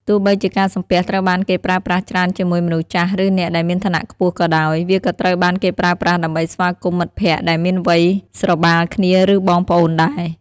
ទោះបីជាការសំពះត្រូវបានគេប្រើប្រាស់ច្រើនជាមួយមនុស្សចាស់ឬអ្នកដែលមានឋានៈខ្ពស់ក៏ដោយ វាក៏ត្រូវបានគេប្រើប្រាស់ដើម្បីស្វាគមន៍មិត្តភក្តិដែលមានវ័យស្របាលគ្នាឬបងប្អូនដែរ។